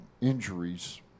injuries